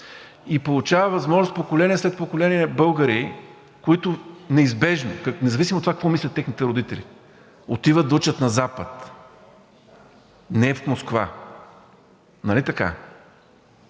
и получава възможност поколение след поколение българи, които неизбежно, независимо от това какво мислят техните родители, отиват да учат на Запад, не в Москва, нали така?